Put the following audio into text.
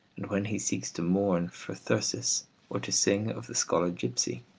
and when he seeks to mourn for thyrsis or to sing of the scholar gipsy,